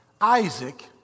Isaac